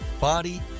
body